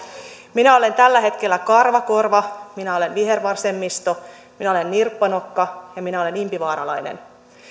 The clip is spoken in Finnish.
minä olen tällä hetkellä karvakorva minä olen vihervasemmisto minä olen nirppanokka ja minä olen impivaaralainen